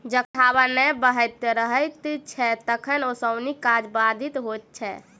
जखन हबा नै बहैत रहैत छै तखन ओसौनी काज बाधित होइत छै